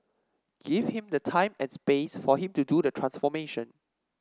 give him the time and space for him to do the transformation